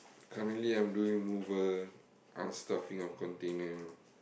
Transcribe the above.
currently I am doing mover unstuffing of container